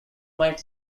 might